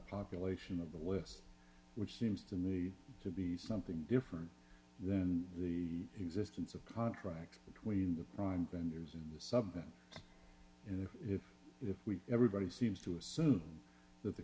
population of the west which seems to me to be something different than the existence of contracts between the prime vendors and the sub in it if we everybody seems to assume that the